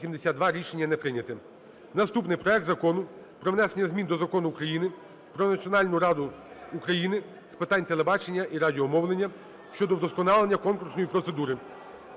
Наступний. Проект Закону про внесення змін до Закону України "Про Національну раду України з питань телебачення і радіомовлення" щодо вдосконалення конкурсної процедури